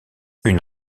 une